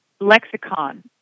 lexicon